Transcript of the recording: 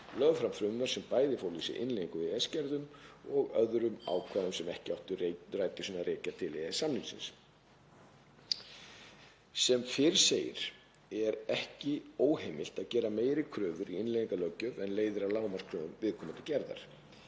lögð fram frumvörp sem bæði fólu í sér innleiðingu EES-gerðum og öðrum ákvæðum sem ekki áttu rætur sínar að rekja til EES-samningsins. Sem fyrr segir er ekki óheimilt að gera meiri kröfur í innleiðingarlöggjöf en leiðir af lágmarkskröfum viðkomandi gerðar.